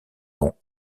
dont